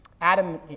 Adam